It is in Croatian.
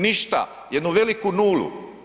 Ništa, jednu veliku nulu.